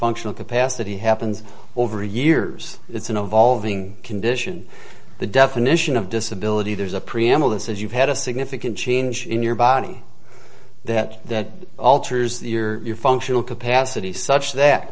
functional capacity happens over years it's an evolving condition the definition of disability there's a preamble that says you've had a significant change in your body that that alters your functional capacity such that